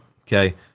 okay